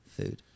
food